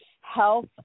health